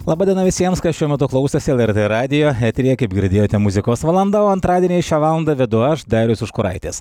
laba diena visiems kas šiuo metu klausosi lrt radijo eteryje kaip girdėjote muzikos valanda o antradienį šią valandą vedu aš darius užkuraitis